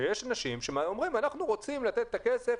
שיש אנשים שאומרים שהם רוצים לתת את הכסף